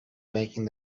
making